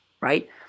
right